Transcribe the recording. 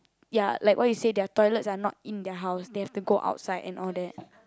ya like what you say their toilets are not in their house they have to go outside and all that